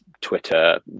Twitter